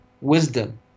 wisdom